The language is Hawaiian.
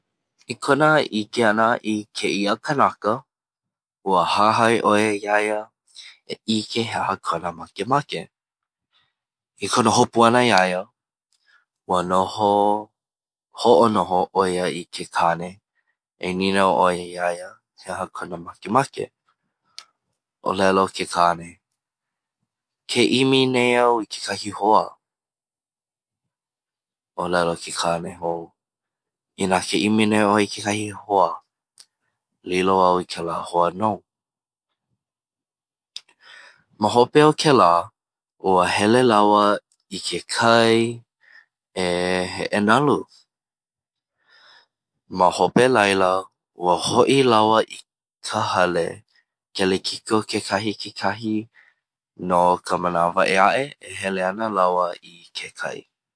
I kona ʻike ana i kēia kānaka, ua haihai ʻo ia iā ia e ʻike he aha kona makemake. I kona hopu ana iā ia, ua hoʻonoho ʻo ia i ke kāne a nīnau ʻo ia iā ia he aha kou makemake? ʻŌlelo ke kāne ke ʻimi nei au i kekahi hoa. ʻŌlelo ke kāne, inā ke ʻimi nei ʻoe i kekahi hoa, lilo au i kēlā hoa. Mahope o kēlā us hele lāua i ke kai e heʻenalu. Mahope laila ua hoʻi lāua i ka hale kelekilo kekahi i kekahi no ka manawa ʻēaʻe e hele ana lāua i ke kai